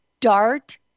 Dart